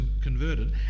converted